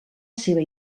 seva